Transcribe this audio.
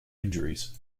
injuries